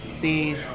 See